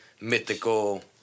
mythical